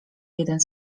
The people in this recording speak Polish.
jeden